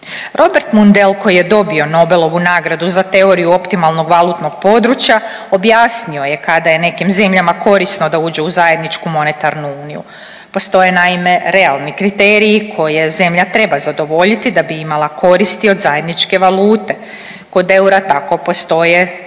Robert Mundell koji je bio Nobelovu nagradu za teoriju optimalnog valutnog područja objasnio je kada je nekim zemljama korisno da uđu u zajedničku monetarnu uniju. Postoje naime, realni kriteriji koje zemlja treba zadovoljiti da bi imala koristi od zajedničke valute. Kod eura tako postoje